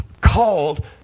called